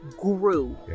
grew